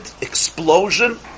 explosion